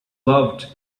loved